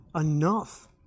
enough